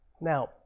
Now